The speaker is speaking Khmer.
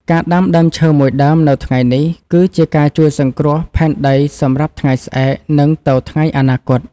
ការដាំដើមឈើមួយដើមនៅថ្ងៃនេះ គឺជាការជួយសង្គ្រោះផែនដីសម្រាប់ថ្ងៃស្អែក និងទៅថ្ងៃអនាគត។